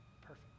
Perfect